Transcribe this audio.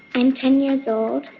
i'm ten years old,